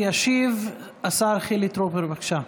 ישיב השר חילי טרופר, בבקשה.